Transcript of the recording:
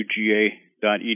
uga.edu